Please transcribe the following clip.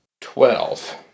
Twelve